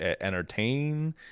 entertain